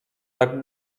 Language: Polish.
tak